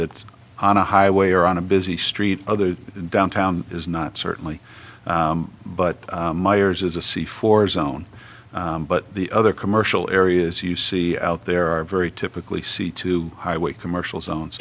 it's on a highway or on a busy street other downtown is not certainly but meyers is a c four zone but the other commercial areas you see out there are very typically see two highway commercial zones